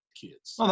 kids